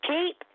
Keep